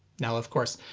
now of course,